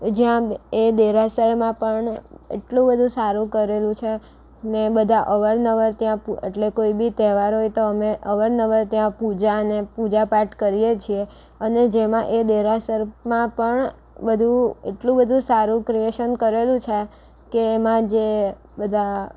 જ્યાં એ દેરાસરમાં પણ એટલું બધું સારું કરેલું છે ને બધા અવારનવાર ત્યાં એટલે કોઈ બી તહેવાર હોય તો અમે અવારનવાર ત્યાં પૂજા અને પૂજાપાઠ કરીએ છીએ અને જેમાં એ દેરાસરમાં પણ બધું એટલું બધું સારું ક્રિએશન કરેલું છે કે એમાં જે બધા